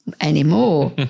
Anymore